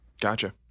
Gotcha